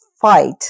fight